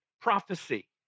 prophecy